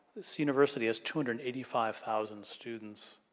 this university has two hundred and eighty five thousand students.